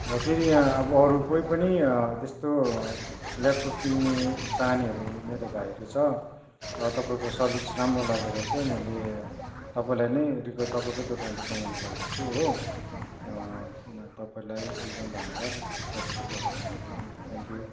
र फेरि यहाँ अब अरू कोही पनि त्यस्तो ल्यापटप किन्ने चाहनेहरू मेरो भाइहरू छ र तपाईँको सर्बिस राम्रो लागेर चाहिँ मैले तपाईँलाई नै रिकर्ट तपाईँको दोकान रिकमेन्ड गरेको छु हो तपाईँलाई एकदम धन्यवाद तपाईंँको प्रोडक्ट मनपर्यो थेङक्यू